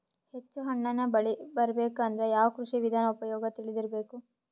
ಹೆಚ್ಚು ಹಣ್ಣನ್ನ ಬೆಳಿ ಬರಬೇಕು ಅಂದ್ರ ಯಾವ ಕೃಷಿ ವಿಧಾನ ಉಪಯೋಗ ತಿಳಿದಿರಬೇಕು?